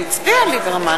הוא הצביע, ליברמן.